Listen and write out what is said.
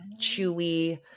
chewy